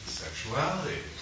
sexuality